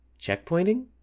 Checkpointing